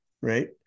right